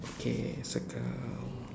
okay circle